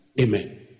Amen